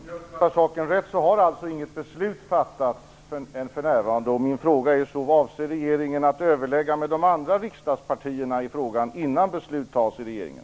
Herr talman! Om jag uppfattat saken rätt är det för närvarande så att inget beslut har fattats. Min fråga blir då: Avser regeringen att överlägga med de andra riksdagspartierna i frågan innan beslut tas i regeringen?